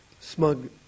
smug